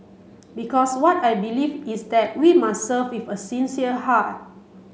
because what I believe is that we must serve with a sincere heart